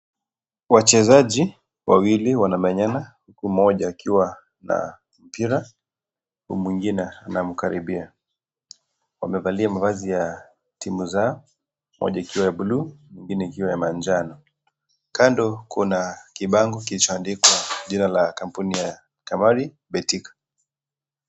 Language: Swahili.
Wachezaji wawili wanamenyana huku mmoja akiwa na mpira huku mwingine anamkaribia. Wamevalia mavazi ya timu zao, moja ikiwa ya bluu ingine ya manjano. Kando kuna kibango kilichoandikwa jina la kampuni ya Tamari Betika.